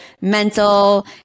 mental